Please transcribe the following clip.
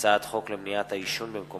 הצעת חוק חובת סימון אזהרה